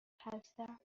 هستم